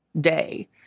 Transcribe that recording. day